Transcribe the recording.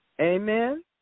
Amen